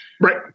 Right